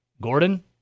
Gordon